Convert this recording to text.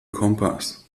kompass